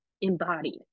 embodied